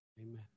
amen